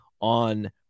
on